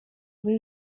muri